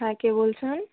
হ্যাঁ কে বলছেন